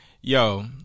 Yo